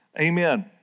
amen